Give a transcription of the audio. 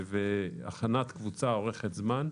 והכנת קבוצה אורכת זמן.